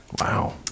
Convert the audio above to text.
Wow